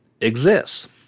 exists